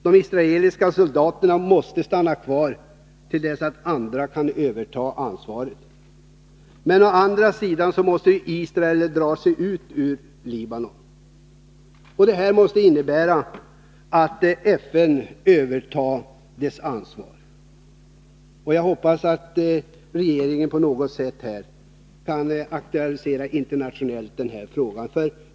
De israeliska soldaterna måste stanna kvar till dess att andra kan överta ansvaret. Men Israel måste ju dra sig ut ur Libanon. Det måste innebära att FN övertar ansvaret. Jag hoppas att regeringen på något sätt kan aktualisera den här frågan internationellt.